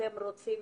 אנחנו רואים